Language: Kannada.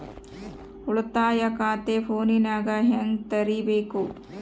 ಉಳಿತಾಯ ಖಾತೆ ಫೋನಿನಾಗ ಹೆಂಗ ತೆರಿಬೇಕು?